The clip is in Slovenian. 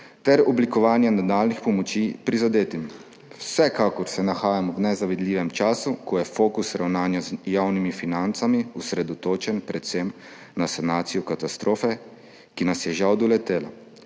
ter oblikovanje nadaljnjih pomoči prizadetim. Vsekakor se nahajamo v nezavidljivem času, ko je fokus ravnanja z javnimi financami osredotočen predvsem na sanacijo katastrofe, ki nas je žal doletela.